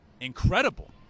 incredible